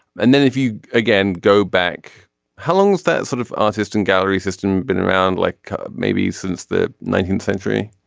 and then if you again go back how long is that sort of artist and gallery system been around like maybe since the nineteenth century.